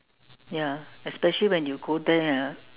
ya especially when you go there ah